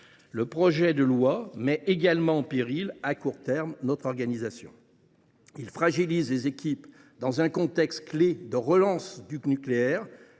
Le projet de loi met également en péril à court terme notre organisation. Il fragilise les équipes dans un contexte clé de relance du nucléaire.